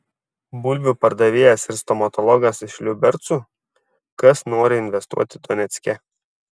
bulvių pardavėjas ir stomatologas iš liubercų kas nori investuoti donecke